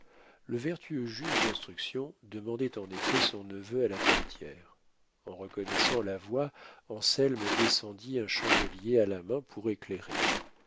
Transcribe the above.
le vertueux juge d'instruction demandait en effet son neveu à la portière en reconnaissant la voix anselme descendit un chandelier à la main pour éclairer